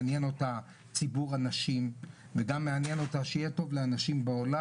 שמעניין אותה ציבור הנשים וגם מעניין אותה שיהיה טוב לאנשים בעולם,